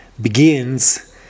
begins